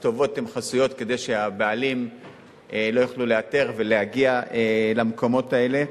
הכתובות חסויות כדי שהבעלים לא יוכלו לאתר ולהגיע למקומות האלה,